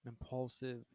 Impulsive